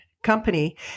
company